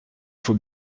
faut